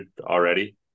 already